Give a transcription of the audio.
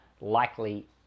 likely